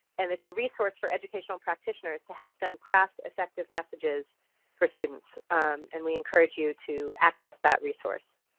and it's a resource for educational practitioners to help them craft effective messages for students and we encourage you to access that resource.